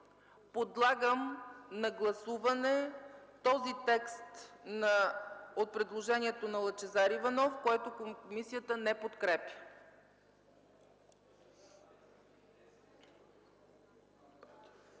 Подлагам на гласуване този текст от предложението на Лъчезар Иванов, което комисията не подкрепя.